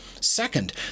Second